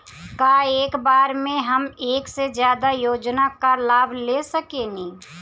का एक बार में हम एक से ज्यादा योजना का लाभ ले सकेनी?